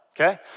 okay